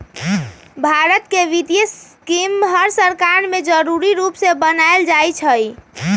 भारत के वित्तीय स्कीम हर सरकार में जरूरी रूप से बनाएल जाई छई